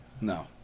No